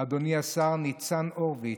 אדוני השר ניצן הורוביץ,